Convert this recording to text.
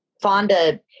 Fonda